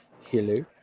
Hello